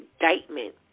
indictment